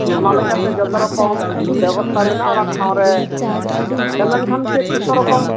ᱚᱱᱟᱞᱮᱠᱟᱛᱮ ᱡᱚᱛᱚ ᱨᱚᱠᱚᱢ ᱵᱮᱵᱚᱥᱛᱟ ᱢᱮᱱᱟᱜᱼᱟ ᱚᱱᱟ ᱴᱷᱟᱶ ᱨᱮ ᱥᱮᱱᱞᱮᱱᱠᱷᱟᱱ ᱪᱮᱫ ᱡᱚᱛᱚ ᱨᱚᱠᱚᱢ